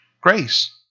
Grace